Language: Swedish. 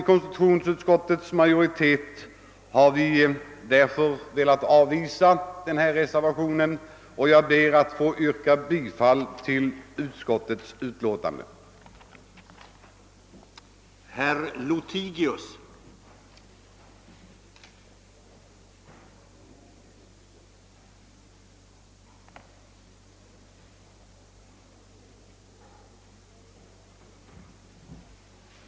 Konstitutionsutskottets majoritet har därför avstyrkt motionerna och jag kommer att yrka bifall till konstitutionsutskottets hemställan i dess utlåtande nr 43 sedan detsamma föredragits.